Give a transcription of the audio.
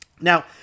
Now